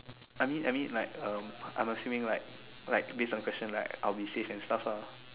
I mean I mean like um I'm assuming like like based on question like I will be safe and stuff lah